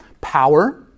Power